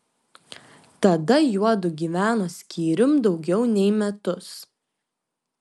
tada juodu gyveno skyrium daugiau nei metus